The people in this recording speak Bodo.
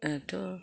ओरैथ'